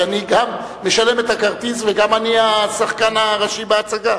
שאני גם משלם את הכרטיס ואני גם השחקן הראשי בהצגה.